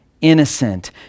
innocent